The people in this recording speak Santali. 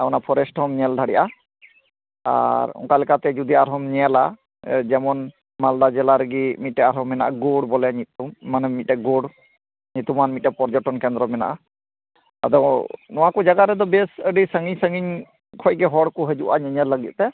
ᱚᱱᱟ ᱯᱷᱳᱨᱮᱥᱴ ᱦᱚᱸᱢ ᱧᱮᱞ ᱫᱟᱲᱮᱜᱼᱟ ᱟᱨ ᱚᱝᱠᱟ ᱞᱮᱠᱟᱛᱮ ᱡᱩᱫᱤ ᱟᱨᱦᱚᱸᱢ ᱧᱮᱞᱟ ᱡᱮᱢᱚᱱ ᱢᱟᱞᱫᱟ ᱡᱮᱞᱟ ᱨᱮᱜᱤ ᱢᱤᱫᱴᱮᱡ ᱟᱨᱦᱚᱸ ᱢᱮᱱᱟᱜᱼᱟ ᱜᱳᱨ ᱵᱚᱞᱮ ᱧᱩᱛᱩᱢ ᱢᱟᱱᱮ ᱢᱤᱫᱴᱮᱡ ᱜᱳᱨ ᱧᱩᱛᱩᱢᱚᱱ ᱢᱤᱫᱴᱮᱡ ᱯᱚᱨᱡᱚᱴᱚᱱ ᱠᱮᱱᱫᱨᱚ ᱢᱮᱱᱟᱜᱼᱟ ᱟᱫᱚ ᱱᱚᱣᱟ ᱠᱚ ᱡᱟᱭᱜᱟ ᱨᱮᱜᱚ ᱵᱮᱥ ᱟᱹᱰᱤ ᱥᱟᱺᱜᱤᱧ ᱥᱟᱺᱜᱤᱧ ᱠᱷᱚᱡ ᱜᱮ ᱦᱚᱲ ᱠᱚ ᱦᱟᱹᱡᱩᱜᱼᱟ ᱧᱮᱧᱮᱞ ᱞᱟᱹᱜᱤᱫ ᱛᱮ